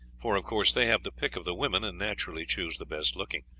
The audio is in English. for, of course, they have the pick of the women, and naturally choose the best looking.